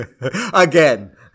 Again